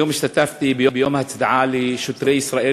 היום השתתפתי ביום ההצדעה לשוטרי ישראל,